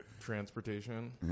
transportation